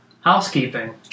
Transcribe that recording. housekeeping